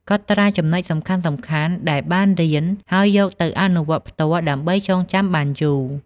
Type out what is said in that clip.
កត់ត្រាចំណុចសំខាន់ៗដែលបានរៀន ហើយយកទៅអនុវត្តផ្ទាល់ដើម្បីចងចាំបានយូរ។